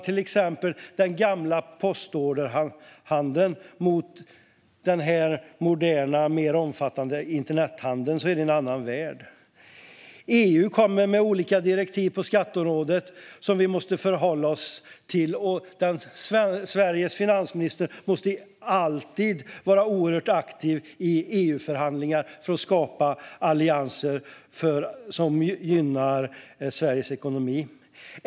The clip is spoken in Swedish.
Till exempel är den gamla postorderhandeln en helt annan värld jämfört med den moderna, mer omfattande internethandeln. EU kommer med olika direktiv på skatteområdet som vi måste förhålla oss till. Sveriges finansminister måste alltid vara oerhört aktiv i EU-förhandlingar för att skapa allianser som gynnar Sveriges ekonomi.